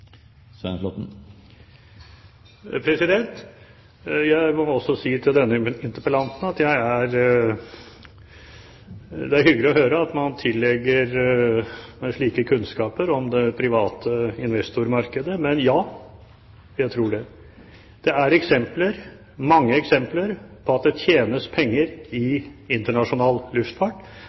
Jeg må også si til denne interpellanten at det er hyggelig å høre at man tillegger meg slike kunnskaper om det private investormarkedet. Men ja, jeg tror det. Det er eksempler, mange eksempler på at det tjenes penger i internasjonal luftfart,